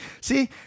See